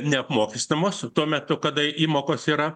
neapmokestinamos tuo metu kada įmokos yra